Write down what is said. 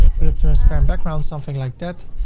but a transparent background, something like that.